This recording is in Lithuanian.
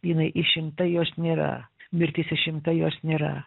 jinai išimta jos nėra mirtis išimta jos nėra